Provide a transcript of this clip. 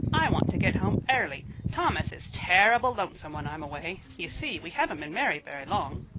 i want to git home airly. thomas is terrible lonesome when i'm away. you see, we haven't been married very long.